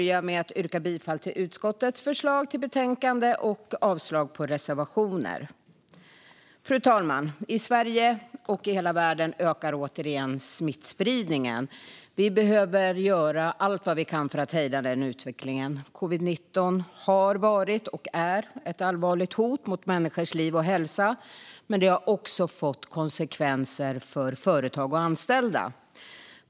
Jag yrkar bifall till utskottets förslag i betänkandet och avslag på reservationerna. Fru talman! I Sverige och i hela världen ökar återigen smittspridningen. Vi behöver göra allt vi kan för att hejda den utvecklingen. Covid-19 har varit och är ett allvarligt hot mot människors liv och hälsa men har också fått konsekvenser för företag och anställda.